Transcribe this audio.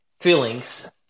feelings